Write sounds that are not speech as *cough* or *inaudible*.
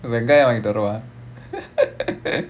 வெங்காயம் வாங்கிட்டு வரவ:vengaayam vaangittu varava *noise*